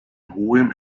hohem